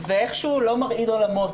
ואיכשהו זה לא מרעיד עולמות.